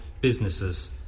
businesses